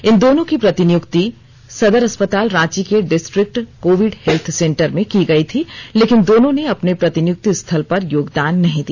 इन दोनों की प्रतिनियुक्ति सदर अस्पताल रांची के डिस्ट्रिक्ट कोविड हेल्थ सेंटर में की गई थी लेकिन दोनों ने अपने प्रतिनियुक्ति स्थल पर योगदान नहीं दिया